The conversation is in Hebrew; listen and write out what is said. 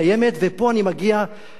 פה אני מגיע ליכולת